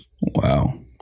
Wow